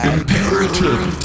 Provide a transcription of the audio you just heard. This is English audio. Imperative